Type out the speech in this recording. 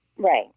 Right